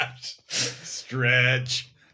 Stretch